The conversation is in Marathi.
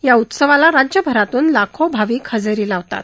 या उत्सवाला राज्यभरातून लाखो भाविक हजेरी लावतात